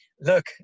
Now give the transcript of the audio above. look